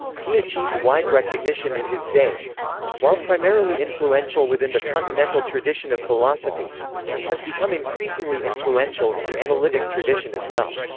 he achieved wide recognition in his day and while primarily influential within the continental tradition of philosophy has become increasingly influential in the analytic tradition as well.